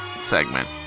segment